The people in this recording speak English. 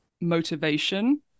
motivation